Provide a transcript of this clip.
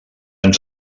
ens